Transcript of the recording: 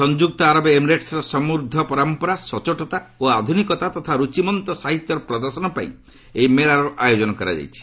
ସଂଯୁକ୍ତ ଆରବ ଏମିରେଟ୍ବର ସମ୍ପୂଦ୍ଧ ପରମ୍ପରା ସଚ୍ଚୋଟତା ଓ ଆଧୁନିକତା ତଥା ରୁଚିମନ୍ତ ସାହିତ୍ୟର ପ୍ରଦର୍ଶନ ପାଇଁ ଏହି ମେଳାର ଆୟୋଜନ କରାଯାଇଛି